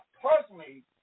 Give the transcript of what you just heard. personally